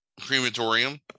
crematorium